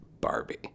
Barbie